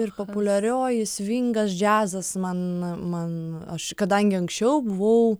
ir populiarioji svingas džiazas man man aš kadangi anksčiau buvau